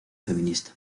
feminista